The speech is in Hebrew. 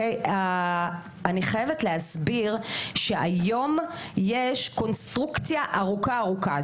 אני חייבת להסביר שהיום יש קונסטרוקציה ארוכה ארוכה.